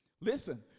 Listen